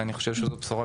ואני חושב שזו בשורה טובה.